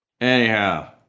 anyhow